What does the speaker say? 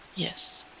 Yes